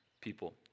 people